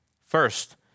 First